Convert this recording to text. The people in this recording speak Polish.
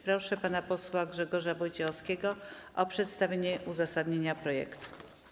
Proszę pana posła Grzegorza Wojciechowskiego o przedstawienie uzasadnienia projektu.